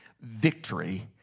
Victory